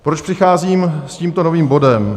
Proč přicházím s tímto novým bodem?